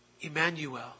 Emmanuel